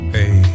Hey